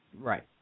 Right